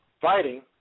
fighting